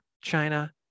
China